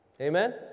Amen